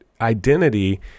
identity